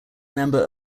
member